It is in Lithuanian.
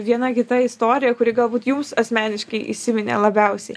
viena kita istorija kuri galbūt jums asmeniškai įsiminė labiausiai